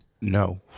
No